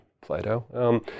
Plato